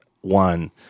one